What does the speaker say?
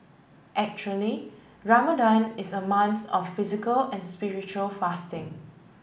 actually Ramadan is a month of physical and spiritual fasting